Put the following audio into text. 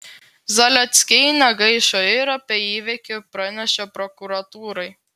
zaleckiai negaišo ir apie įvykį pranešė prokuratūrai